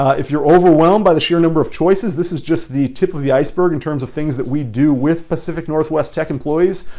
if you're overwhelmed by the sheer number of choices, this is just the tip of the iceberg in terms of things that we do with pacific northwest tech employees.